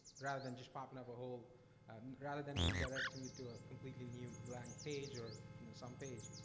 rather than just popping up a whole um rather than redirecting it to a completely new blank page or you know some page.